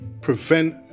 prevent